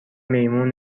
میمون